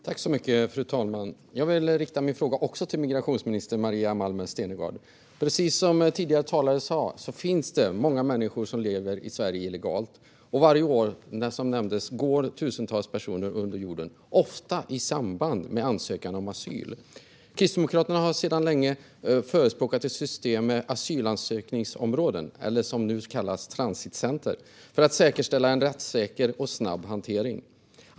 Fru talman! Jag vill också rikta min fråga till migrationsminister Maria Malmer Stenergard. Precis som tidigare talare sa finns det många människor som lever i Sverige illegalt. Varje år går, som nämndes, tusentals personer under jorden, ofta i samband med ansökan om asyl. Kristdemokraterna har länge förespråkat ett system med asylansökningsområden, eller som det nu kallas, transitcenter, för att säkerställa en rättssäker och snabb hantering.